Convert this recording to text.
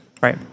right